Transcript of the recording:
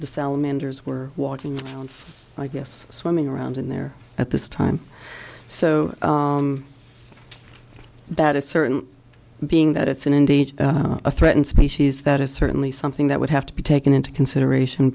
the salamanders were walking around i guess swimming around in there at this time so that is certainly being that it's an indeed a threatened species that is certainly something that would have to be taken into consideration